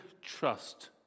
trust